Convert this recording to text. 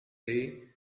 day